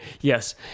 Yes